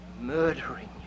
murdering